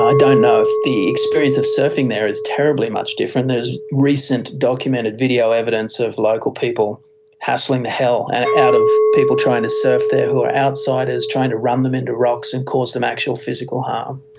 i don't know of the experience of surfing there is terribly much different. there is recent documented video evidence of local people hassling the hell and out of people trying to surf there who are outsiders, trying to run them into rocks and cause them actual physical harm.